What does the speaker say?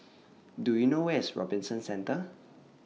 Do YOU know Where IS Robinson Centre